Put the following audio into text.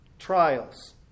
Trials